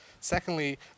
Secondly